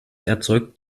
erzeugt